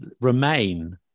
remain